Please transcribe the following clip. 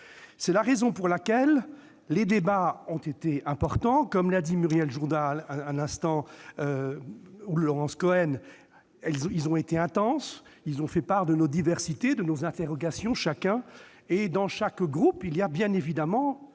C'est la raison pour laquelle les débats ont été importants, comme l'ont dit Muriel Jourda ou encore Laurence Cohen. Ils ont été intenses. Ils ont fait état de notre diversité et des interrogations de chacun. Dans chaque groupe existe, bien évidemment,